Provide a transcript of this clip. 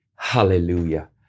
Hallelujah